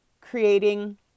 creating